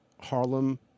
Harlem